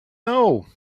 know